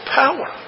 power